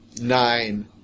nine